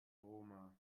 roma